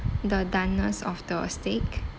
the doneness of the steak